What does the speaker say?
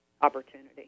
opportunity